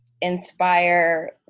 inspire